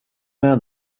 med